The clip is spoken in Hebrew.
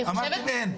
אמרתם, אין.